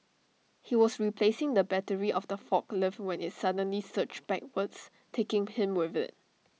he was replacing the battery of the forklift when IT suddenly search backwards taking him with IT